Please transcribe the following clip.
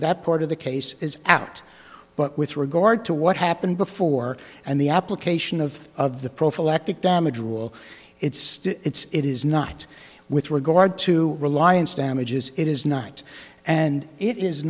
that part of the case is out but with regard to what happened before and the application of of the prophylactic damage will it's still it's it is not with regard to reliance damages it is not and it is